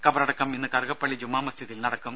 ഖബറടക്കം ഇന്ന് കറുകപ്പള്ളി ജുമാമസ്ജിദിൽ നടക്കും